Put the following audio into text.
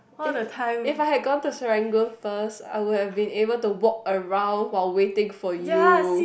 if if I have gone to Serangoon first I would have been able to walk around while waiting for you